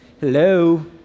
Hello